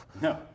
No